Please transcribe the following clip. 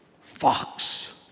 fox